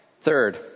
Third